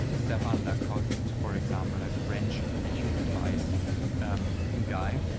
stephane lacoste for example, a french youtube advice guy.